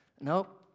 Nope